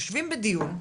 יושבים בדיון,